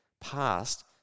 past